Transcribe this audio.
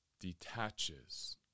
detaches